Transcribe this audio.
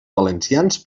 valencians